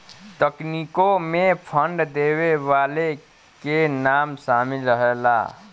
तकनीकों मे फंड देवे वाले के नाम सामिल रहला